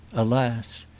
alas!